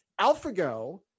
AlphaGo